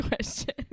question